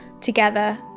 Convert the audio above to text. together